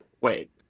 wait